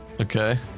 Okay